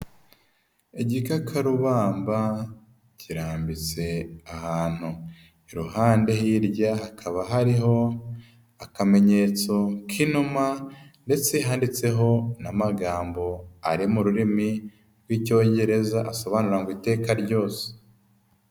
Igikakarubamba kirambitse ahantu. Iruhande hirya hakaba hariho akamenyetso k'inuma ndetse handitseho n'amagambo, ari mu ururimi rw'Icyongereza asobanura ngo iteka ryose.